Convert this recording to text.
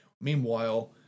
Meanwhile